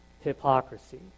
hypocrisy